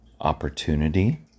opportunity